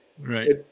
Right